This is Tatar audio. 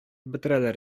бетерәләр